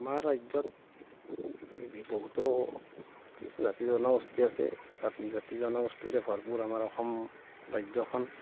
আমাৰ ৰাজ্যত বহুতো জাতি জনগোষ্ঠী আছে জাতি জনগোষ্ঠীৰে ভৰপূৰ আমাৰ অসম ৰাজ্যখন